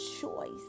choice